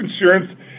insurance